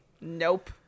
Nope